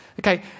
Okay